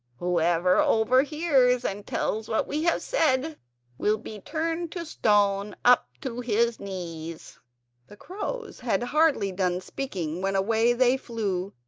whoever overhears and tells what we have said will be turned to stone up to his knees the crows had hardly done speaking when away they flew.